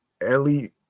ellie